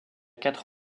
quatre